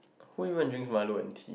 who even drinks milo and tea